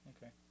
Okay